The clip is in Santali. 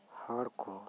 ᱦᱚᱲᱠᱩ